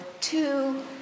two